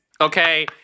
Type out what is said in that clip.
okay